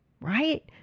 right